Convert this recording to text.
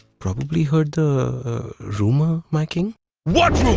probably heard the rumor, my king. what